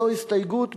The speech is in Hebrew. זוהי הסתייגות מס'